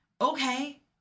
Okay